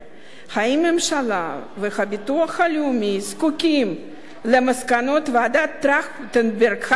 האם הממשלה והביטוח הלאומי זקוקים למסקנות ועדת-טרכטנברג העשירית